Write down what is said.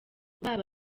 baba